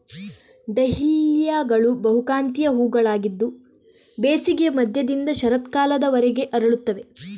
ಡಹ್ಲಿಯಾಗಳು ಬಹುಕಾಂತೀಯ ಹೂವುಗಳಾಗಿದ್ದು ಬೇಸಿಗೆಯ ಮಧ್ಯದಿಂದ ಶರತ್ಕಾಲದವರೆಗೆ ಅರಳುತ್ತವೆ